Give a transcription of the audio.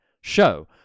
show